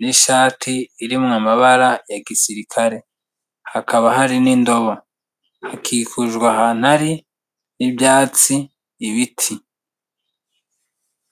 n'ishati iri mu mabara ya gisirikare. Hakaba hari n'indobo. Hakikujwe ahantu ari, n'ibyatsi, ibiti.